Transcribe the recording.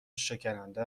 شکننده